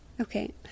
Okay